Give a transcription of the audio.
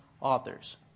authors